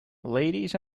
ladies